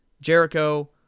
Jericho